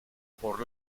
por